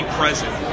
present